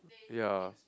ya